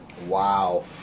Wow